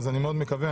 אז אני מאוד מקווה,